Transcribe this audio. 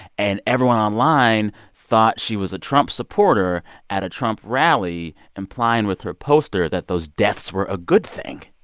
and everyone online thought she was a trump supporter at a trump rally implying with her poster that those deaths were a good thing.